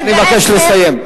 אני מבקש לסיים.